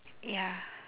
ya